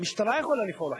המשטרה יכולה לפעול אחרת.